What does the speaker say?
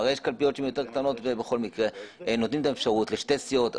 הרי יש קלפיות שהן יותר קטנות ובכל מקרה נותנים גם אפשרות לשתי סיעות.